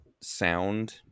sound